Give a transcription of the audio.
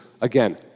Again